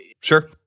Sure